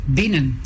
binnen